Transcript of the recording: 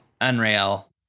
Unreal